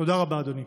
תודה רבה, אדוני.